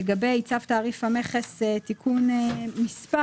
לגבי צו תעריף המכס (תיקון מס'),